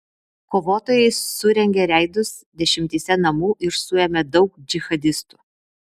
kovotojai surengė reidus dešimtyse namų ir suėmė daug džihadistų